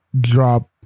drop